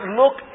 look